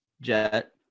Jet